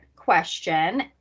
question